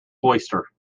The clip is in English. cloister